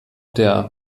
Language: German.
der